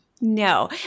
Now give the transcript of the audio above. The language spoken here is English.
No